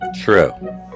True